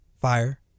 fire